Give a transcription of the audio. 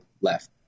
left